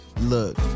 Look